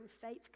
faith